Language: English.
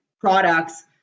products